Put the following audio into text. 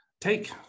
take